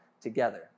together